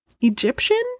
Egyptian